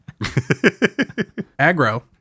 Aggro